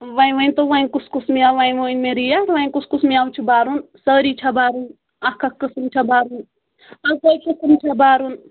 وونۍ ؤنۍتو وۄنۍ کُس کُس میوٕ وۄنۍ وٕنۍ مےٚ ریٹ وۄنۍ کُس کُس میوٕ چھُ بَرُن سٲری چھا بَرٕنۍ اَکھ اَکھ قٕسٕم چھا بَرُن اَکٔے قٕسٕم چھا بَرُن